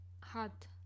hot